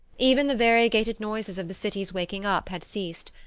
even the variegated noises of the city's waking-up had ceased.